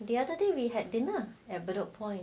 the other day we had dinner at bedok point